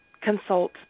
consult